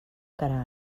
queralt